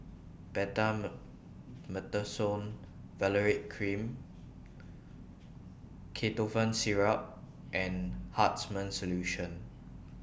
Valerate Cream Ketotifen Syrup and Hartman's Solution